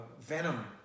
venom